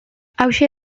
hauxe